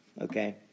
okay